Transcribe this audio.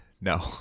No